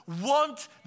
want